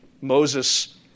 Moses